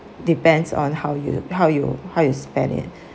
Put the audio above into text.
depends on how you how you how you spend it